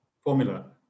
formula